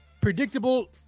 predictable